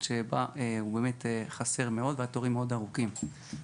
בה באמת חסר מאוד והתורים מאוד ארוכים.